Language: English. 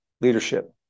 leadership